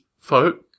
folk